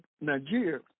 Nigeria